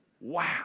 Wow